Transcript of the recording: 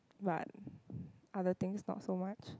but other things not so much